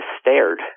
stared